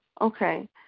okay